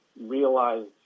realize